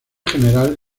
general